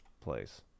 place